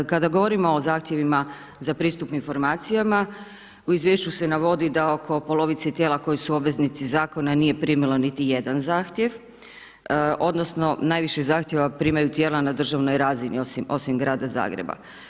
Kada govorimo o zahtjevima za pristup informacijama, u izvješću se navodi da oko polovice tijela koja su obveznici zakona nije primilo niti jedan zahtjev, odnosno najviše zahtjeva primaju tijela na državnoj razini osim grada Zagreba.